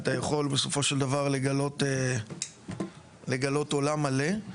אתה יכול בסופו של דבר לגלות עולם מלא.